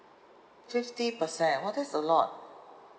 fifty percent !wow! that's a lot